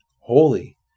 Holy